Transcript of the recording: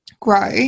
grow